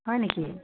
হয় নেকি